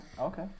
okay